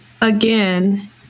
again